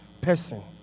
person